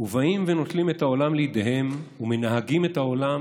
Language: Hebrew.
ובאים ונוטלים את העולם לידיהם, ומנהגים את העולם